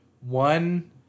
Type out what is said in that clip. one